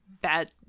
bad